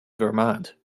vermont